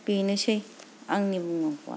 बेनोसै आंनि बुंनांगौवा